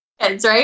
right